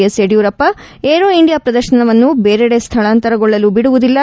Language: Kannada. ಎಸ್ ಯಡಿಯೂರಪ್ಪ ಏರೋ ಇಂಡಿಯಾ ಪ್ರದರ್ಶನವನ್ನು ಬೇರೆಡೆ ಸ್ವಳಾಂತರಗೊಳ್ಳಲು ಬಿಡುವುದಿಲ್ಲ